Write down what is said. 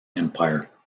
empire